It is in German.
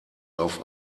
auf